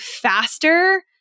faster